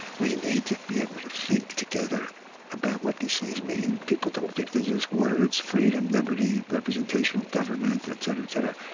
we need to be able to think together about what these things mean. people don't think. they use words freedom, liberty, representational government, etc, etc.